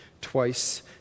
Twice